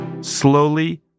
Slowly